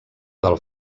del